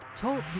Talk